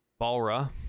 Balra